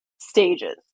stages